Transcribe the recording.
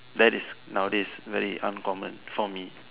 that is nowadays very uncommon for me